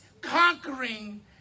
conquering